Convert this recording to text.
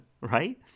right